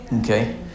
Okay